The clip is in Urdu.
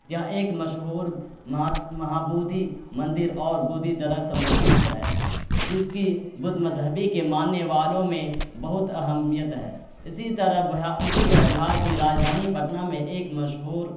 یا ایک مشہور مہا بودھی مندر اور بودھی درخت موجود ہے جس کی بودھ مذہبی کے ماننے والوں میں بہت اہمیت ہے اسی طرح اسی طرح بہار کی راجدھانی پٹنہ میں ایک مشہور